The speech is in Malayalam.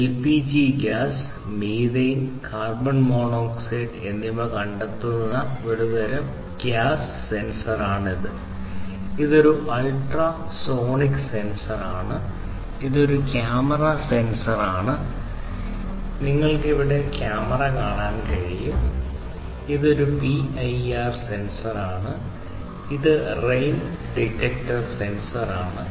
LPG gas methane carbon monoxide ഇതൊരു പിഐആർ സെൻസറാണ്